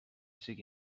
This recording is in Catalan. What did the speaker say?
sigui